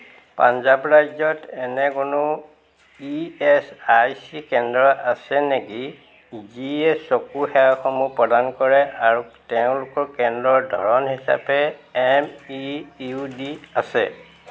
পঞ্জাৱ ৰাজ্যত এনে কোনো ই এচ আই চি কেন্দ্ৰ আছে নেকি যিয়ে চকু সেৱাসমূহ প্ৰদান কৰে আৰু তেওঁলোকৰ কেন্দ্ৰৰ ধৰণ হিচাপে এম ই ইউ ডি আছে